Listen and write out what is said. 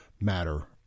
matter